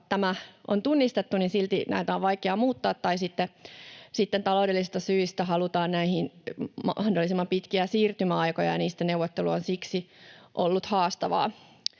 tuskaa ja kärsimystä, näitä on vaikea muuttaa, tai sitten taloudellisista syistä halutaan näihin mahdollisimman pitkiä siirtymäaikoja, ja niistä neuvottelu on siksi ollut haastavaa.